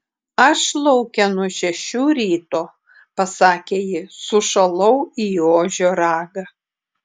aš lauke nuo šešių ryto pasakė ji sušalau į ožio ragą